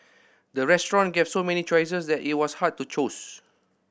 the restaurant gave so many choices that it was hard to choose